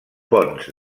ponts